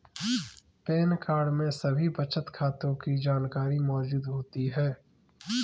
pan card में सभी बचत खातों की जानकारी मौजूद होती है